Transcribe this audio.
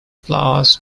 flowers